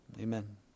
Amen